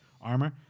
armor